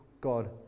God